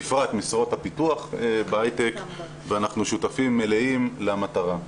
בפרט משרות הפיתוח בהייטק ואנחנו שותפים מלאים למטרה.